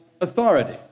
authority